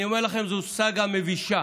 אני אומר, זו סאגה מבישה.